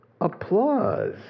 applause